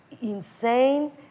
insane